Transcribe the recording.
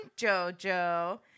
Jojo